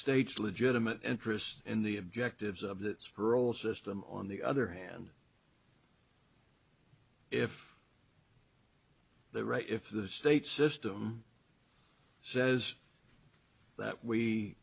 states legitimate interest in the objectives of the parole system on the other hand if the right if the state system says that we